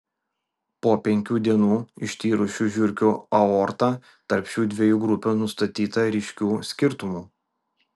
po penkių dienų ištyrus šių žiurkių aortą tarp šių dviejų grupių nustatyta ryškių skirtumų